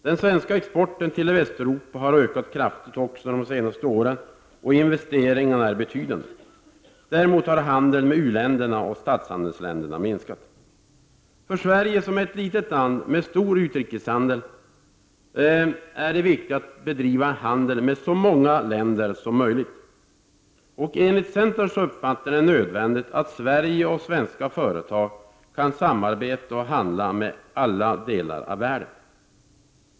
Den svenska exporten till Västeuropa har ökat kraftigt under de senaste åren, och investeringarna är betydande. Däremot har handeln med u-länderna och statshandelsländerna minskat. För Sverige, som är ett litet land med stor utrikeshandel, är det viktigt att bedriva handel med så många länder som möjligt. Enligt centerns uppfattning är det nödvändigt att Sverige och svenska företag kan samarbeta och handla med alla delar av världen.